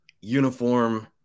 uniform